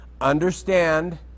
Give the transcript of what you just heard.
Understand